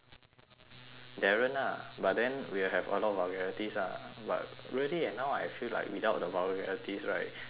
darren ah but then we will have a lot of vulgarities ah but really eh now I feel like without the vulgarities right it's not as fun